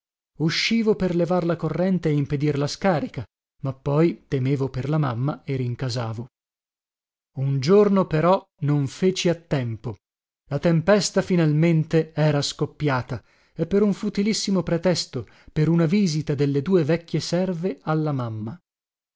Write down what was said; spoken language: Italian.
uscivo per levar la corrente e impedire la scarica ma poi temevo per la mamma e rincasavo un giorno però non feci a tempo la tempesta finalmente era scoppiata e per un futilissimo pretesto per una visita delle due vecchie serve alla mamma